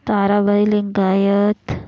Tarabai Lingayat